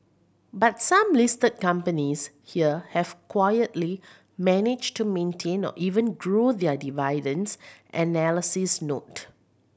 but some listed companies here have quietly managed to maintain or even grow their dividends analysts note